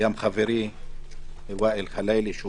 גם חברי ווהאל חלאילה,